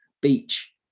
beach